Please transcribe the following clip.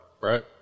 Right